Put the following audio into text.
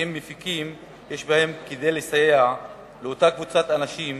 שהם מפיקים יש בהם כדי לסייע לאותה קבוצת אנשים